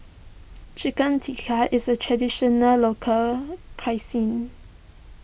Chicken Tikka is a Traditional Local Cuisine